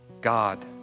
God